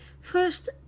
first